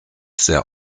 sehr